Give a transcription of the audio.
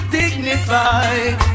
dignified